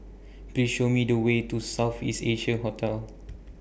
Please Show Me The Way to South East Asia Hotel